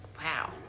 Wow